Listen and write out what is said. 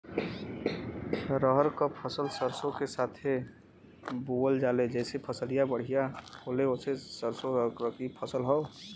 रहर क फसल सरसो के साथे बुवल जाले जैसे फसलिया बढ़िया होले सरसो रबीक फसल हवौ